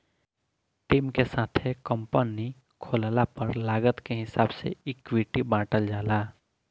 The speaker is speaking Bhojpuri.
टीम के साथे कंपनी खोलला पर लागत के हिसाब से इक्विटी बॉटल जाला